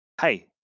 Hey